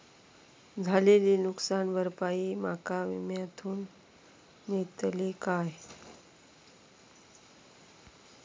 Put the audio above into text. झालेली नुकसान भरपाई माका विम्यातून मेळतली काय?